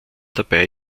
dabei